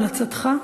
המלצתך?